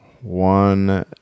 one